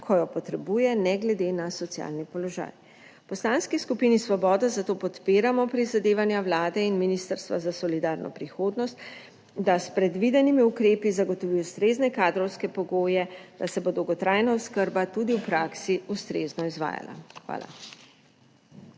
ko jo potrebuje, ne glede na socialni položaj. V Poslanski skupini Svobode zato podpiramo prizadevanja Vlade in Ministrstva za solidarno prihodnost, da s predvidenimi ukrepi zagotovi ustrezne kadrovske pogoje, da se bo dolgotrajna oskrba tudi v praksi ustrezno izvajala. Hvala.